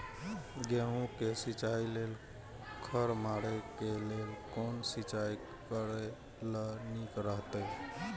गेहूँ के सिंचाई लेल खर मारे के लेल कोन सिंचाई करे ल नीक रहैत?